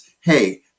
Hey